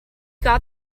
got